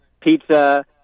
Pizza